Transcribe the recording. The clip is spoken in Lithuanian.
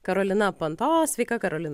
karolina panto sveika karolina